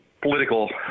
political